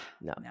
no